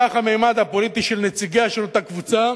כך הממד הפוליטי של נציגיה של אותה קבוצה